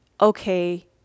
okay